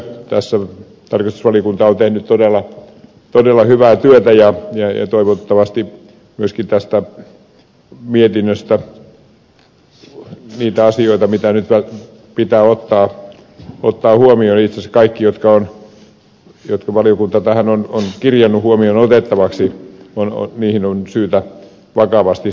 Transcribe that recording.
tässä tarkastusvaliokunta on tehnyt todella hyvää työtä ja myöskin tässä mietinnössä niihin asioihin mitä nyt pitää ottaa huomioon itse asiassa kaikkiin jotka valiokunta tähän on kirjannut huomioon otettavaksi on syytä vakavasti suhtautua